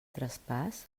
traspàs